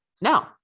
No